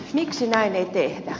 miksi näin ei tehdä